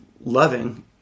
loving